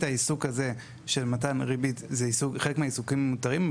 העיסוק הזה של מתן ריבית זה חלק מהעיסוקים המותרים?